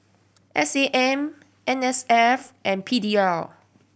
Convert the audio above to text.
S A M N S F and P D L